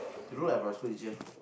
to look like a primary school teacher